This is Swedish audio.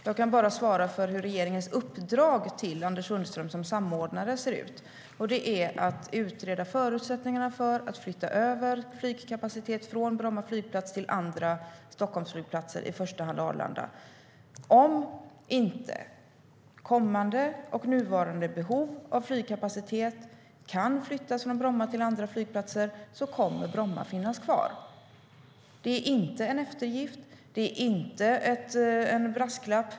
Jag kan bara svara för hur regeringens uppdrag till Anders Sundström som samordnare ser ut, och det är att utreda förutsättningarna för att flytta över flygkapacitet från Bromma flygplats till andra Stockholmsflygplatser, i första hand Arlanda.Om inte kommande och nuvarande behov av flygkapacitet kan flyttas från Bromma till andra flygplatser kommer Bromma att finnas kvar. Det är inte en eftergift. Det är inte en brasklapp.